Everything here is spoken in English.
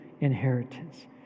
inheritance